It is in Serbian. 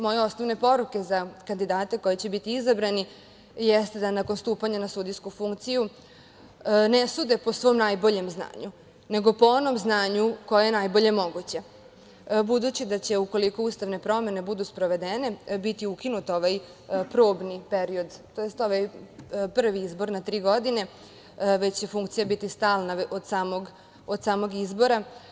Moje osnovne poruke za kandidate koji će biti izabrani jeste da nakon stupanja na sudijsku funkciju ne sude po svom najboljem znanju, nego po onom znanju koje je najbolje moguće, budući da će, ukoliko ustavne promene budu sprovedene, biti ukinut ovaj probni period, tj. ovaj prvi izbor na tri godine, već će funkcija biti stalna od samog izbora.